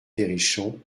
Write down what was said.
perrichon